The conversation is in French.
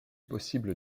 possible